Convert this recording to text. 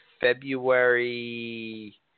February –